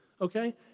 okay